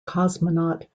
cosmonaut